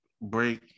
break